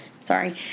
sorry